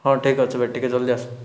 ହଁ ଠିକ୍ ଅଛି ଭାଇ ଟିକିଏ ଜଲ୍ଦି ଆସ